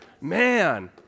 Man